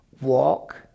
Walk